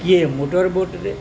କିଏ ମୋଟର ବୋଟ୍ରେ